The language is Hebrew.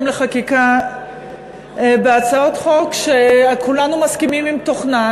לחקיקה בהצעות חוק שכולנו מסכימים לתוכנן,